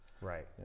Right